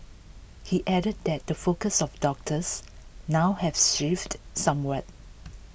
he added that the focus of doctors now has shifted somewhat